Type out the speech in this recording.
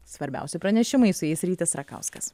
svarbiausi pranešimai su jais rytis rakauskas